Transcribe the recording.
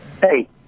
Hey